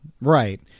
Right